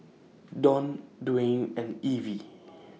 Don Dwane and Evie